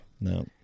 No